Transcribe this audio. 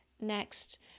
next